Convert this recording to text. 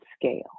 scale